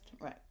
right